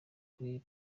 kuri